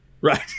Right